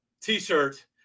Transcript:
t-shirt